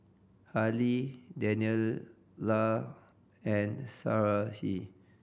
Harley Daniella and Sarahi